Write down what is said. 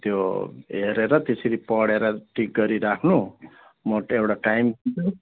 त्यो हेरेर त्यसरी पढेर टिक गरिराख्नु म एउटा टाइम